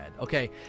okay